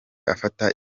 afata